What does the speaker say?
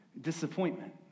disappointment